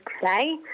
today